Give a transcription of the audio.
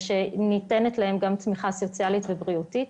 שיראו שניתנת להם תמיכה סוציאלית ובריאותית.